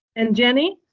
and jenny?